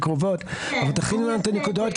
תכינו להם את הנקודות,